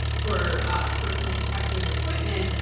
for ah personal protective equipment,